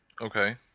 Okay